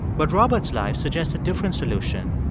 but robert's life suggests a different solution,